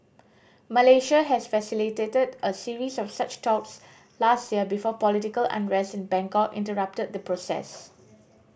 Malaysia has facilitated a series of such talks last year before political unrest in Bangkok interrupted the process